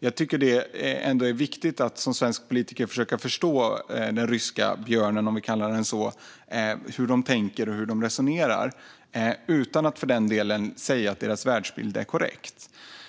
Jag tycker att det är viktigt att som svensk politiker ändå försöka förstå den ryska björnen - om vi kallar dem så - och hur de tänker och resonerar, utan att för den skull säga att deras världsbild är korrekt.